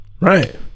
right